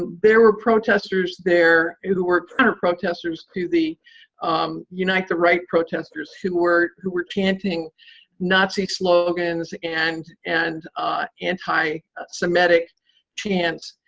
there were protesters there who who were counter-protesters to the unite the right protesters who were who were chanting nazi slogans and and anti-semitic so anti-semitic chants.